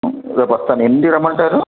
రేపు వస్తాను ఎన్నింటికి రమ్మంటారు